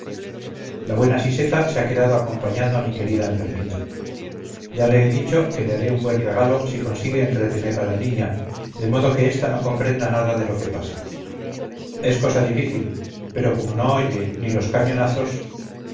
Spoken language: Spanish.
la buena siseta se ha quedado acompañando a mi querida enfermita ya le he dicho que le haré un buen regalo si consigue entretener a la niña de modo que esta no comprenda nada de lo que pasa es cosa difícil pero como no oye ni los cañonazos